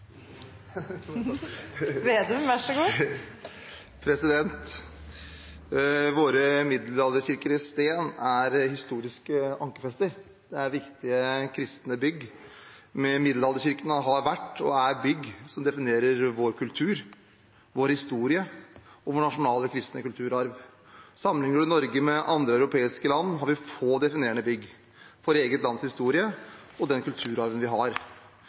definerer vår kultur, vår historie og vår nasjonale kristne kulturarv. Sammenligner vi Norge med andre europeiske land, har vi få definerende bygg for vårt eget lands historie og den kulturarven vi har.